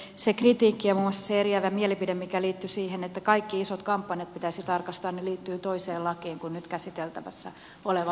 se kritiikki ja muun muassa se eriävä mielipide mikä liittyi siihen että kaikki isot kampanjat pitäisi tarkastaa liittyy toiseen lakiin kuin nyt käsiteltävissä olevaan lakiin